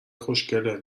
خوشکله